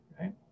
right